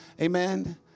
Amen